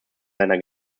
seiner